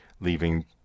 leaving